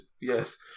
yes